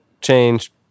change